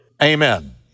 Amen